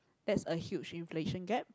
that's a huge inflation gap